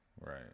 Right